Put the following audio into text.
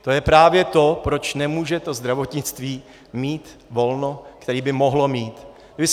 To je právě to, proč nemůže to zdravotnictví mít volno, které by mohlo mít.